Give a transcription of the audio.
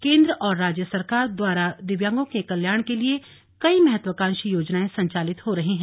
केंद्र और राज्य सरकार द्वारा दिव्यांगों के कल्याण के लिए कई महत्वाकांक्षी योजनाएं संचालित हो रही हैं